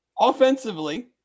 offensively